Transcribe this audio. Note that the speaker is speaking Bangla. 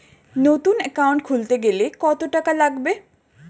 নতুন একাউন্ট খুলতে গেলে কত টাকা লাগবে?